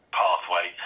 pathway